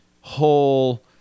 whole